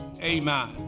Amen